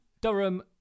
Durham